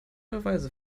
beweise